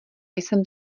jsem